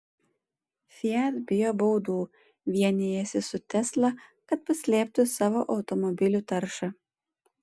fiat bijo baudų vienijasi su tesla kad paslėptų savo automobilių taršą